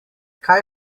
kaj